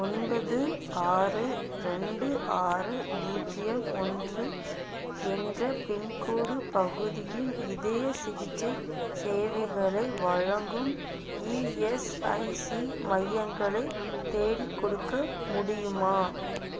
ஒன்பது ஆறு ரெண்டு ஆறு பூஜ்ஜியம் ஒன்று என்ற பின்கோடு பகுதியில் இதய சிகிச்சை சேவைகளை வழங்கும் இஎஸ்ஐசி மையங்களை தேடிக்கொடுக்க முடியுமா